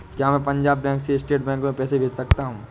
क्या मैं पंजाब बैंक से स्टेट बैंक में पैसे भेज सकता हूँ?